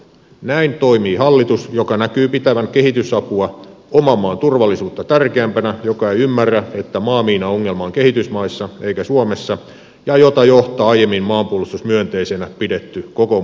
näin toimii hallitus joka näkyy pitävän kehitysapua oman maan turvallisuutta tärkeämpänä ja joka ei ymmärrä että maamiinaongelma on kehitysmaissa eikä suomessa ja jota johtaa aiemmin maanpuolustusmyönteisenä pidetty kokoomuspuolue